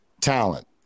talent